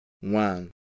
one